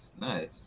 nice